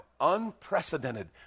unprecedented